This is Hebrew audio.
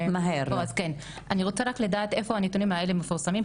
אני רוצה רק לדעת איפה הנתונים האלה מפורסמים,